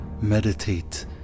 Meditate